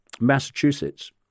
Massachusetts